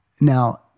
Now